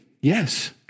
Yes